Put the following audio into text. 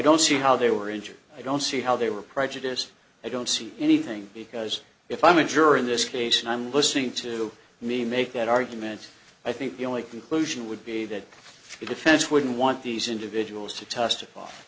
don't see how they were injured i don't see how they were prejudiced i don't see anything because if i'm a juror in this case and i'm listening to me make that argument i think the only conclusion would be that the defense would want these individuals to testify